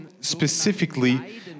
specifically